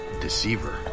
deceiver